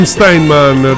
Steinman